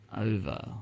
over